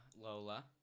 Lola